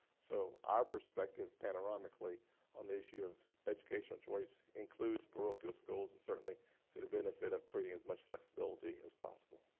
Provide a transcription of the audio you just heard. so our perspective panoramically on the issue of educational choice includes parochial schools and certainly to the benefit of creating as much flexibility as possible.